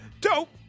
Dope